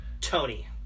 Tony